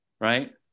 Right